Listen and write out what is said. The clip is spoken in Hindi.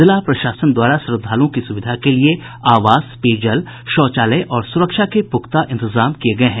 जिला प्रशासन द्वारा श्रद्धालुओं की सुविधा के लिये आवास पेयजल शौचालय और सुरक्षा के पुख्ता इंतजाम किये गये हैं